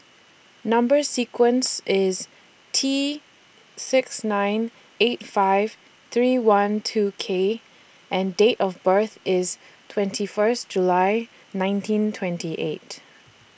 Number sequence IS T six nine eight five three one two K and Date of birth IS twenty First July nineteen twenty eight